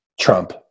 trump